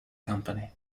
company